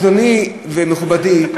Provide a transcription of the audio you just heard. בתקנות, אני מסכים לגמרי.